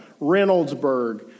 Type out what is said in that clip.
Reynoldsburg